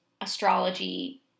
astrology